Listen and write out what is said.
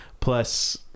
Plus